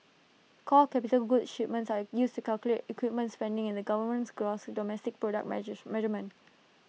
core capital goods shipments are used to calculate equipments spending in the government's gross domestic product measurement